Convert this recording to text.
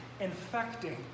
infecting